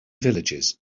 villages